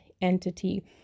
entity